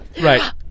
right